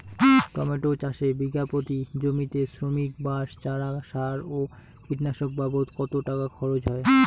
Tomato চাষে বিঘা প্রতি জমিতে শ্রমিক, বাঁশ, চারা, সার ও কীটনাশক বাবদ কত টাকা খরচ হয়?